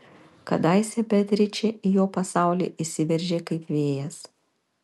kadaise beatričė į jo pasaulį įsiveržė kaip vėjas